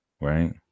Right